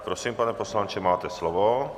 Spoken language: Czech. Prosím, pane poslanče, máte slovo.